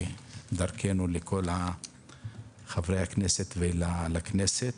ודרכנו לכל חברי הכנסת ולכנסת.